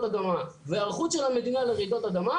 אדמה והיערכות של המדינה לרעידות אדמה,